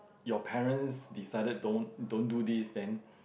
your parents decided don't don't do this then